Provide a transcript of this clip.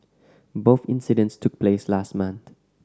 both incidents took place last month